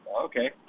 Okay